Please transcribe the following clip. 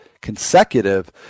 consecutive